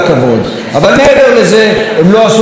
אבל מעבר לזה הם לא עשו דבר,